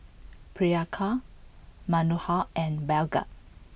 Priyanka Manohar and Bhagat